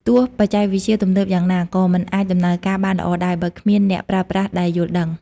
ទោះបច្ចេកវិទ្យាទំនើបយ៉ាងណា ក៏មិនអាចដំណើរការបានល្អដែរ បើគ្មានអ្នកប្រើប្រាស់ដែលយល់ដឹង។